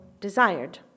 desired